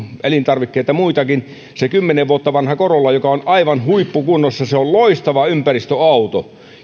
muitakin elintarvikkeita se kymmenen vuotta vanha corolla joka on aivan huippukunnossa on loistava ympäristöauto